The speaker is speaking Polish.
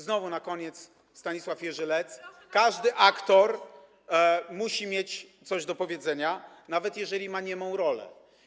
Znowu na koniec Stanisław Jerzy Lec: Każdy aktor powinien mieć coś do powiedzenia, nawet jeżeli ma niemą rolę.